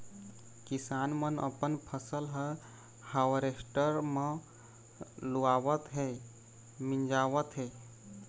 किसान मन अपन फसल ह हावरेस्टर म लुवावत हे, मिंजावत हे